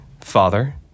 father